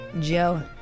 Joe